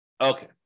Okay